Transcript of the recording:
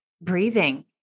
breathing